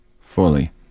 fully